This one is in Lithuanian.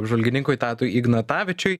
apžvalgininkui tadui ignatavičiui